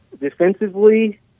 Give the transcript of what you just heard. Defensively